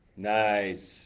nice